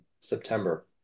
September